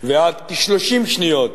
ועד כ-30 שניות